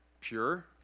pure